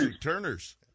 Turner's